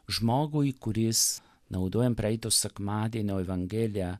žmogui kuris naudojam praeito sekmadienio evangeliją